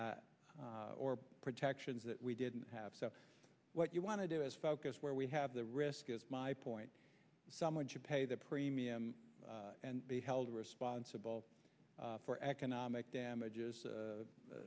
or protections that we didn't have so what you want to do is focus where we have the risk is my point someone should pay the premium and be held responsible for economic damages